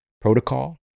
protocol